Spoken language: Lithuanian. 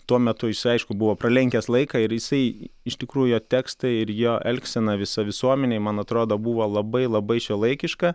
tuo metu jis aišku buvo pralenkęs laiką ir jisai iš tikrųjų jo tekstai ir jo elgsena visa visuomenėj man atrodo buvo labai labai šiuolaikiška